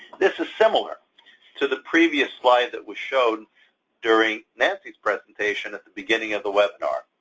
this is similar to the previous slide that was shown during nancy's presentation at the beginning of the webinar.